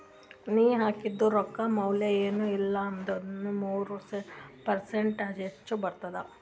ನೀ ಹಾಕಿದು ರೊಕ್ಕಾ ಮ್ಯಾಲ ಎನ್ ಇಲ್ಲಾ ಅಂದುರ್ನು ಮೂರು ಪರ್ಸೆಂಟ್ರೆ ಹೆಚ್ ಬರ್ತುದ